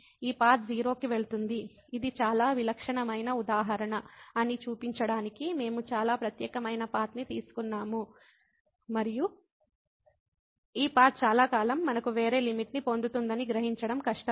ఈ పాత్ 0 కి వెళుతుంది ఇది చాలా విలక్షణమైన ఉదాహరణ అని చూపించడానికి మేము చాలా ప్రత్యేకమై పాత్ ని తీసుకున్నాము మరియు ఈ పాత్ చాలా కాలం మనకు వేరే లిమిట్ ని పొందుతుందని గ్రహించడం కష్టం